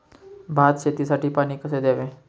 भात शेतीसाठी पाणी कसे द्यावे?